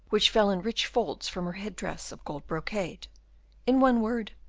which fell in rich folds from her head-dress of gold brocade in one word,